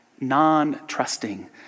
non-trusting